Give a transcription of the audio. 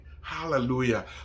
hallelujah